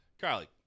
Carly